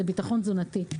זה ביטחון תזונתי.